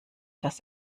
das